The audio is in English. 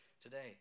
today